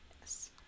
yes